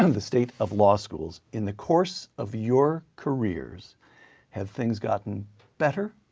um the state of law schools. in the course of your careers have things gotten better